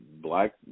black